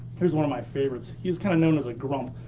here's one of my favorites. he was kinda known as a grump.